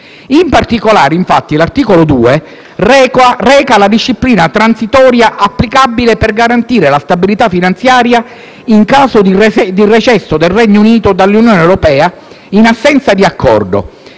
In particolare, infatti, l'articolo 2 reca la disciplina transitoria applicabile per garantire la stabilità finanziaria in caso di recesso del Regno Unito dall'Unione europea in assenza di accordo